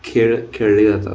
खेळ खेळले जातात